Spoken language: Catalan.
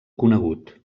conegut